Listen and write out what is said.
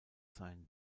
sein